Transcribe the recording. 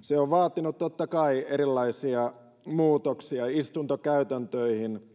se on vaatinut totta kai erilaisia muutoksia istuntokäytäntöihin